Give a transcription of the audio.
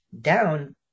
down